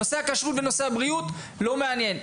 נושא הכשרות ונושא הבריאות לא מעניין.